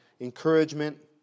encouragement